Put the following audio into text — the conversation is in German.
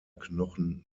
knochen